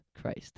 Christ